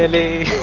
and a